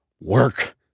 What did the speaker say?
work